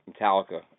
Metallica